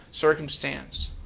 circumstance